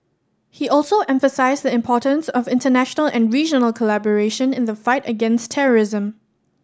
he also emphasised the importance of international and regional collaboration in the fight against terrorism